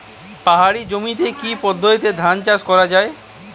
পাহাড়ী জমিতে কি পদ্ধতিতে ধান চাষ করা যায়?